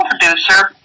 producer